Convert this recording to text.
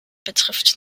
betrifft